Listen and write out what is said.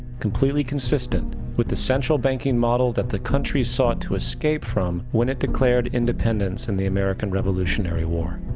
completely consistent with the central banking model that the country sought to escape from when it declared independence in the american revolutionary war.